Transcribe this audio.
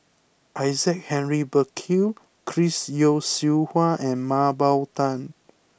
Isaac Henry Burkill Chris Yeo Siew Hua and Mah Bow Tan